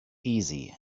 easy